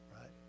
right